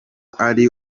ari